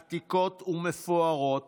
עתיקות ומפוארות